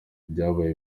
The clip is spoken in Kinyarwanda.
byabaye